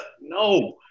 No